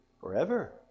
Forever